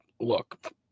look